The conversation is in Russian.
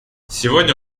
сегодня